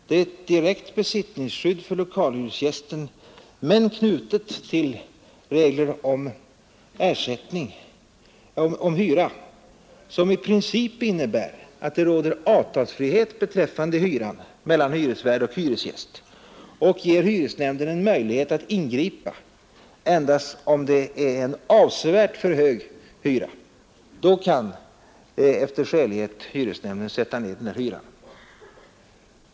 Det är ett direkt besittningsskydd för lokalhyresgäster, men knutet till regler om hyressättning som i princip innebär att det råder avtalsfrihet beträffande hyran mellan hyresvärd och hyresgäst och att hyresnämnd ges möjlighet att ingripa endast om det är en avsevärt för hög hyra. Då kan hyresnämnden efter skälighetsprövning sätta ned hyran.